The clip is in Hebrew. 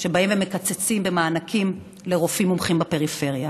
שבאים ומקצצים במענקים לרופאים מומחים בפריפריה,